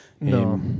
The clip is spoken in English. No